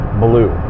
blue